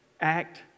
Act